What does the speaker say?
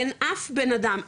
אין אף בנאדם,